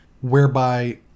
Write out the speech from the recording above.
whereby